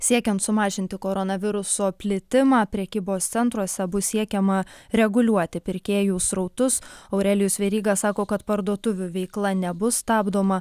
siekiant sumažinti koronaviruso plitimą prekybos centruose bus siekiama reguliuoti pirkėjų srautus aurelijus veryga sako kad parduotuvių veikla nebus stabdoma